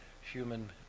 human